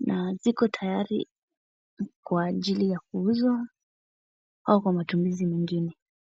na ziko tayari kwa ajili ya kuuzwa ama matumizi mengine.